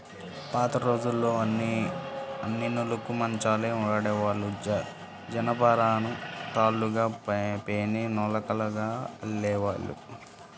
పాతరోజుల్లో అన్నీ నులక మంచాలే వాడేవాళ్ళు, జనపనారను తాళ్ళుగా పేని నులకగా అల్లేవాళ్ళు